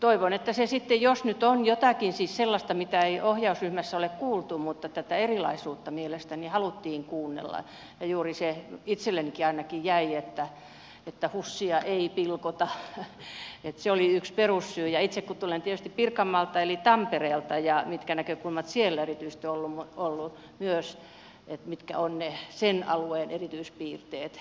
toivon että jos nyt on jotakin sellaista mitä ei ohjausryhmässä ole kuultu se otetaan huomioon mutta tätä erilaisuutta mielestäni haluttiin kuunnella ja juuri se itsellenikin ainakin jäi että husia ei pilkota että se oli yksi perussyy ja itse kun tulen tietysti pirkanmaalta eli tampereelta mitkä näkökulmat siellä erityisesti ovat olleet myös mitkä ovat ne sen alueen erityispiirteet